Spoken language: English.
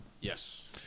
Yes